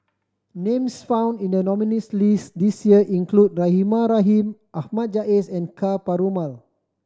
names found in the nominees' list this year include Rahimah Rahim Ahmad Jais and Ka Perumal